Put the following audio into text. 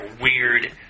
weird